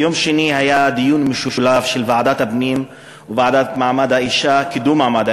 ביום שני היה דיון משולב של ועדת הפנים והוועדה לקידום מעמד